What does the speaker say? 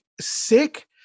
sick